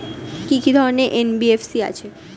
কি কি ধরনের এন.বি.এফ.সি আছে?